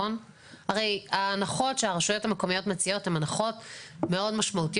הרי ההנחות שהרשויות המקומיות מציעות הן הנחות מאוד משמעותיות.